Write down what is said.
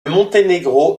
monténégro